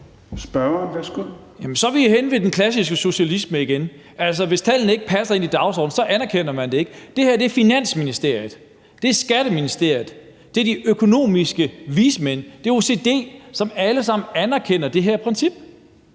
så er vi jo henne ved den klassiske socialisme igen: Altså, hvis tallene ikke passer ind i dagsordenen, anerkender man det ikke. Her er det Finansministeriet, Skatteministeriet, de økonomiske vismænd og OECD, som alle sammen anerkender det her princip.